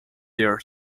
their